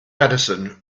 medicine